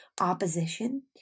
opposition